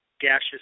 gaseous